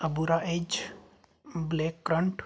ਅਬੂਰਾ is blackcurrant